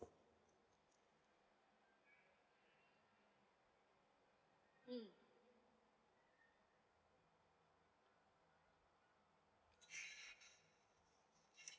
mm